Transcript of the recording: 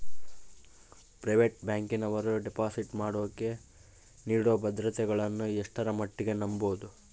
Private ಬ್ಯಾಂಕಿನವರು deposit ಮಾಡೋಕೆ ನೇಡೋ ಭದ್ರತೆಗಳನ್ನು ಎಷ್ಟರ ಮಟ್ಟಿಗೆ ನಂಬಬಹುದು?